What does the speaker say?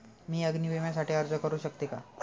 मी अग्नी विम्यासाठी अर्ज करू शकते का?